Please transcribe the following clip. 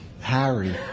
Harry